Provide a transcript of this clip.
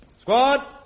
Squad